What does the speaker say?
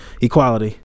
Equality